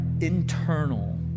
internal